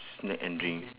snack and drink